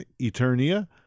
Eternia